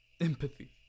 Empathy